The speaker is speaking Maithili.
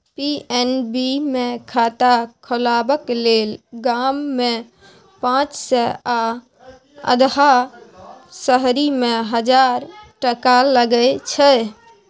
पी.एन.बी मे खाता खोलबाक लेल गाममे पाँच सय आ अधहा शहरीमे हजार टका लगै छै